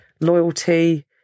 loyalty